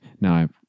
Now